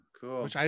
Cool